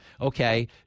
okay